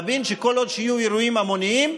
שכל עוד יהיו אירועים המוניים,